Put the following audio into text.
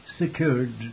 secured